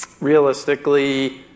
realistically